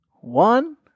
one